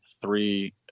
three